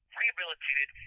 rehabilitated